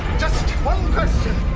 just one question.